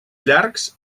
llargs